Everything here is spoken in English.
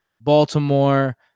Baltimore